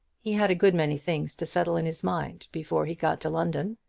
he had a good many things to settle in his mind before he got to london,